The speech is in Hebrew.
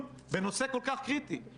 ממטולה וקריית שמונה בצפון ועד אילת בדרום,